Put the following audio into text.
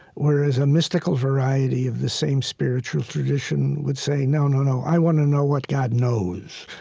whereas a mystical variety of the same spiritual tradition would say, no, no, no, i want to know what god knows.